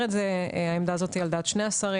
את זה העמדה הזאת היא על דעת שני השרים,